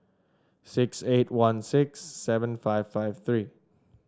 six eight one six seven five five three